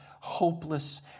hopeless